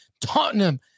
Tottenham